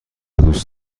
دوست